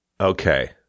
Okay